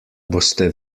boste